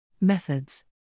Methods